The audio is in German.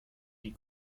die